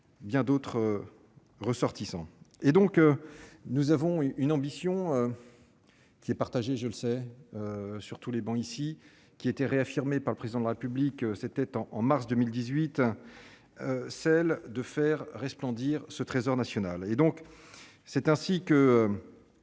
bien d'autres ressortissants et donc nous avons une ambition qui est partagé, je le sais, sur tous les bancs, ici, qui était réaffirmée par le président de la République, c'était en mars 2018, celle de faire resplendir ce trésor national, et donc c'est ainsi qu'à